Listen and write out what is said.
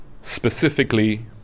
specifically